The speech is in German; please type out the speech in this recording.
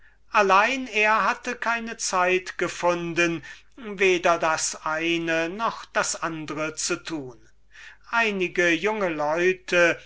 allein er hatte keine zeit gefunden weder das eine noch das andre zu tun einige junge leute